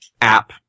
app